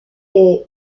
est